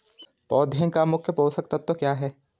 पौधें का मुख्य पोषक तत्व क्या है?